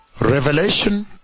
Revelation